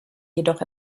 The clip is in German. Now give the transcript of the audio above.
jedoch